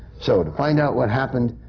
so, to find out what happened,